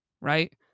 right